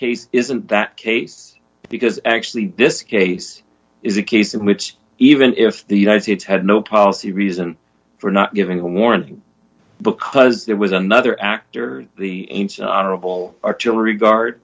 case isn't that case because actually this case is a case in which even if the united states had no policy reason for not giving a warning because there was another actor the honorable artillery guard